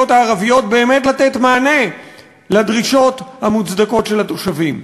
הערביות באמת לתת מענה לדרישות המוצדקות של התושבים.